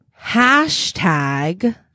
hashtag